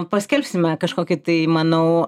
paskelbsime kažkokį tai manau